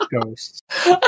ghosts